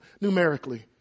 Numerically